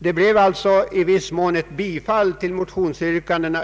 Det blev alltså i fjol i viss mån ett bifall till motionsyrkandena.